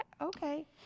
okay